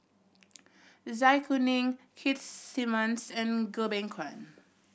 Zai Kuning Keith Simmons and Goh Beng Kwan